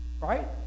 Right